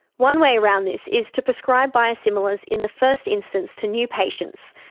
one way around this is to prescribe biosimilars in the first instance to new patients,